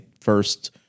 first